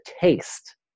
taste